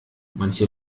manche